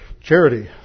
Charity